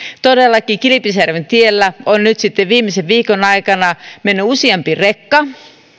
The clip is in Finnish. todellakin kilpisjärventiellä on nyt viimeisen viikon aikana mennyt useampi rekka